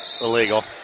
Illegal